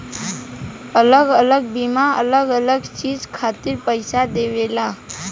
अलग अलग बीमा अलग अलग चीज खातिर पईसा देवेला